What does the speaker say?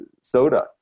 soda